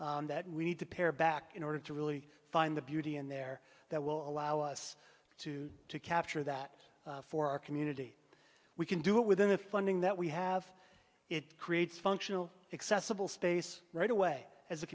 marble that we need to pare back in order to really find the beauty in there that will allow us to capture that for our community we can do it within the funding that we have it creates functional accessible space right away as a